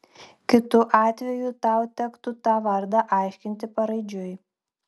kitu atveju tau tektų tą vardą aiškinti paraidžiui